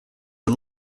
are